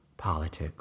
politics